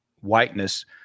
whiteness